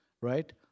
right